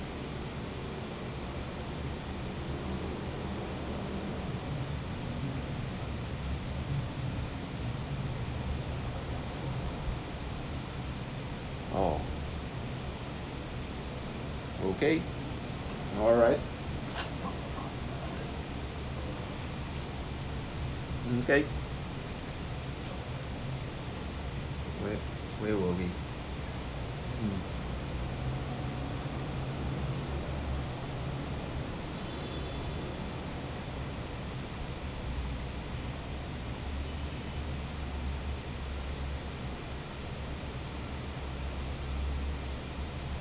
oh okay all right um okay where where were we mm